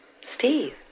Steve